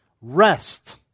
Rest